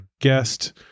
guest